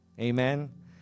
Amen